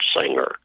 singer